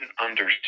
understand